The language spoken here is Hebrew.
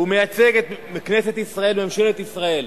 הוא מייצג את כנסת ישראל ואת ממשלת ישראל.